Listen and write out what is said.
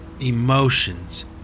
emotions